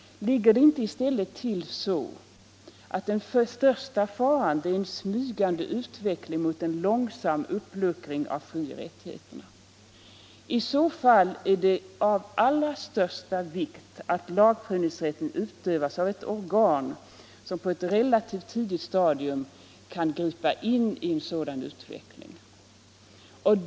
Ligger inte i stället den största faran i en smygande utveckling mot en långsam uppluckring av frioch rättigheterna? I så fall är det av allra största vikt att lagprövningsrätten utövas av ett organ som på ett relativt tidigt stadium kan gripa in i en sådan utveckling.